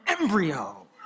embryo